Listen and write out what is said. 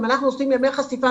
אנחנו עושים ימי חשיפה,